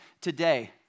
today